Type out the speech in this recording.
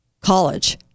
College